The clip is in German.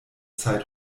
zeit